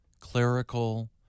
clerical